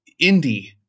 indie